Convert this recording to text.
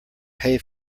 pay